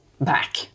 back